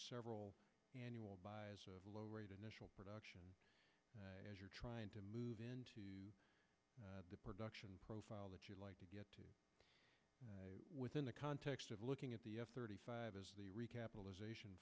several annual low rate initial production as you're trying to move into the production profile that you'd like to get to within the context of looking at the f thirty five as the recapitalization